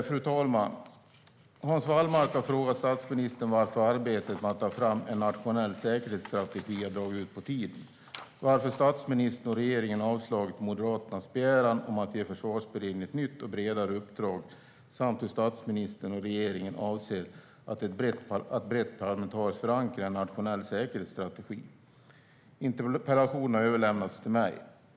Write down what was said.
Fru talman! Hans Wallmark har frågat statsministern varför arbetet med att ta fram en nationell säkerhetsstrategi har dragit ut på tiden, varför statsministern och regeringen har avslagit Moderaternas begäran om att ge Försvarsberedningen ett nytt och bredare uppdrag samt hur statsministern och regeringen avser att brett parlamentariskt förankra en nationell säkerhetsstrategi. Interpellationen har överlämnats till mig.